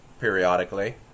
periodically